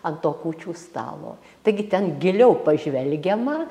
an to kūčių stalo taigi ten giliau pažvelgiama